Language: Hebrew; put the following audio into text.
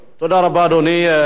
תודה רבה, אדוני.